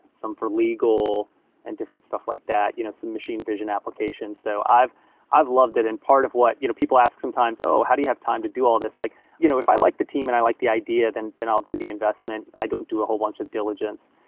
some for legal and different stuff like that, you know some machine vision application. so i've i've loved it, and part of what you know people ask sometimes, oh, how do you have time to do all of this? like you know if i like the team and i like the idea, then then i'll do the investment. i don't do a whole bunch of diligence,